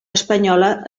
espanyola